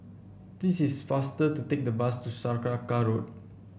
this is faster to take the bus to Saraca Road